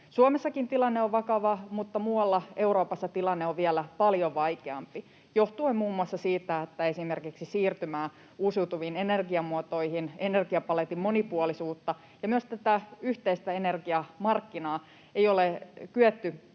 Suomessakin tilanne on vakava, mutta muualla Euroopassa tilanne on vielä paljon vaikeampi, johtuen muun muassa siitä, ettei esimerkiksi siirtymää uusiutuviin energiamuotoihin, energiapaletin monipuolisuutta eikä myöskään tätä yhteistä energiamarkkinaa ole kyetty